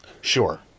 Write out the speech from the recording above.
Sure